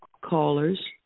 callers